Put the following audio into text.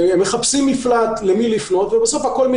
מחפשים מפלט למי לפנות, ובסוף הכול מגיע.